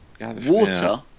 Water